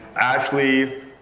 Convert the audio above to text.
Ashley